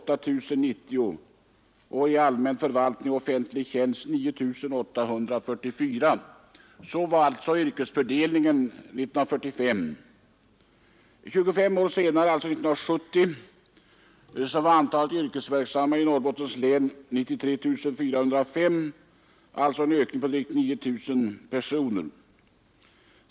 25 år senare, alltså 1970, var antalet yrkesverksamma i Norrbottens län 93 405, och det har alltså varit en ökning med drygt 9 000 personer.